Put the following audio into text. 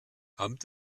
amt